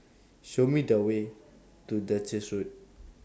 Show Me The Way to Duchess Road